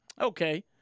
Okay